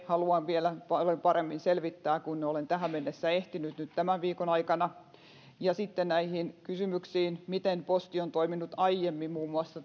haluan vielä paljon paremmin selvittää kuin olen tähän mennessä ehtinyt nyt tämän viikon aikana ja sitten näihin kysymyksiin miten posti on toiminut aiemmin muun muassa